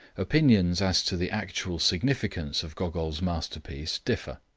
opinions as to the actual significance of gogol's masterpiece differ.